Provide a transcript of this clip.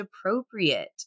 appropriate